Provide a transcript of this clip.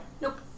Nope